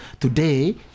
Today